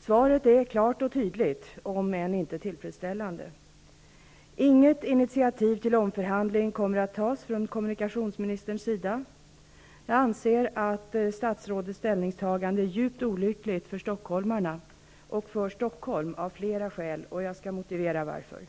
Svaret är klart och tydligt, om än inte tillfredsställande. Inget initiativ till omförhandling kommer att tas från kommunikationsministerns sida. Jag anser att statsrådets ställningstagande är av flera skäl djupt olyckligt för Stockholm och stockholmarna. Jag skall motivera varför.